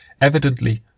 Evidently